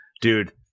dude